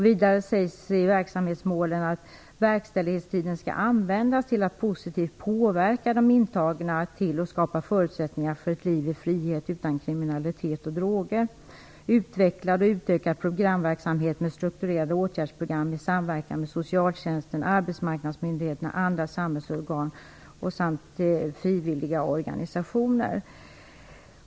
Vidare sägs i verksamhetsmålen: Verkställighetstiden skall användas till att positivt påverka de intagna till och skapa förutsättningar för ett liv i frihet utan kriminalitet och droger, utvecklad och utökad programverksamhet med strukturerade åtgärdsprogram i samverkan med socialtjänsten, arbetsmarknadsmyndigheterna, andra samhällsorgan samt frivilliga organisationer.